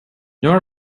nora